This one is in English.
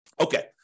Okay